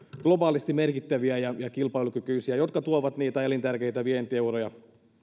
globaalisti merkittäviä ja kilpailukykyisiä ja jotka tuovat elintärkeintä vientieuroja